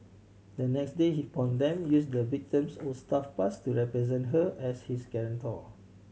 the next day he pawn them use the victim's old staff pass to represent her as his guarantor